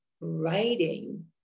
writing